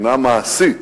מבחינה מעשית